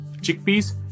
chickpeas